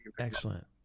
Excellent